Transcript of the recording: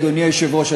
אדוני היושב-ראש,